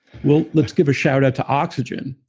well, let's give a shout-out to oxygen.